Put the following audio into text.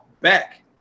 back